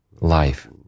life